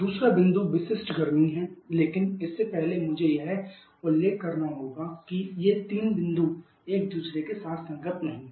दूसरा बिंदु विशिष्ट गर्मी है लेकिन इससे पहले मुझे यह उल्लेख करना होगा कि ये तीन बिंदु एक दूसरे के साथ संगत नहीं हैं